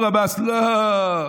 לא.